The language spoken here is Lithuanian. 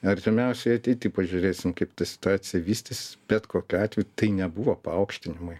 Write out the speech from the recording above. artimiausioj ateity pažiūrėsim kaip ta situacija vystysis bet kokiu atveju tai nebuvo paaukštinimai